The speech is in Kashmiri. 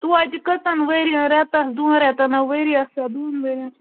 توتہِ کٔژَن ؤرۍیَن رٮ۪تَن دۄن رٮ۪تَن ہا ؤرۍیَس ہا دۄن ؤرۍیَن